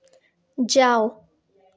जाओ